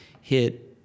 hit